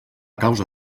causa